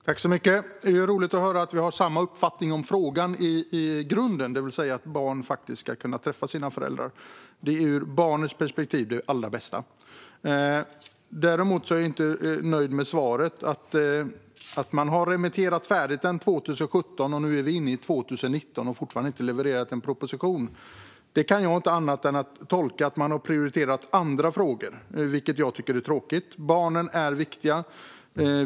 Fru talman! Det är roligt att höra att vi har samma uppfattning om frågan i grunden, det vill säga att barn faktiskt ska kunna träffa sina föräldrar. Det är ur barnets perspektiv det allra bästa. Däremot är jag inte nöjd med svaret. Man hade remitterat utredningen färdigt 2017, nu är vi inne i 2019 och man har fortfarande inte levererat någon proposition. Jag kan inte tolka det på annat sätt än att man har prioriterat andra frågor, vilket jag tycker är tråkigt. Barnen är viktiga.